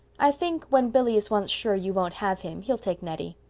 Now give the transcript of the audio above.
i think, when billy is once sure you won't have him, he'll take nettie.